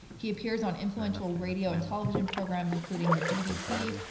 he appears on influential radio and television programs, including the bbc,